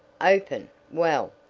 open! well,